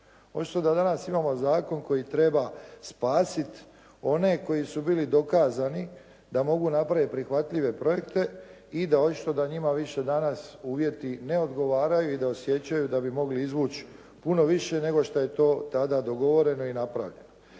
Očito da danas imamo zakon koji treba spasiti one koji su bili dokazani da mogu napraviti prihvatljive projekte i očito da njima više danas uvjeti ne odgovaraju i da osjećaju da bi mogli izvući puno više nego što je to tada dogovoreno i napravljeno.